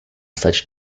such